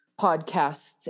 podcasts